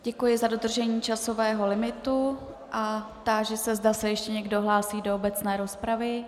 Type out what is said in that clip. Děkuji za dodržení časového limitu a táži se, zda se ještě někdo hlásí do obecné rozpravy.